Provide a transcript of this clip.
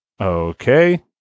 Okay